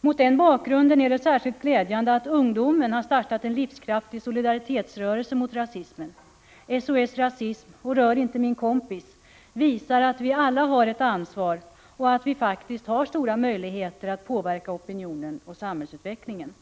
Mot den bakgrunden är det särskild glädjande att ungdomen har startat en livskraftig solidaritetsrörelse mot rasismen. SOS Racisme och ”Rör inte min kompis” visar att vi alla har ett ansvar och att vi faktiskt har stora möjligheter att påverka opinionen och samhällsutvecklingen.